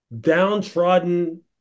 downtrodden